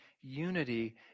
unity